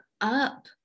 up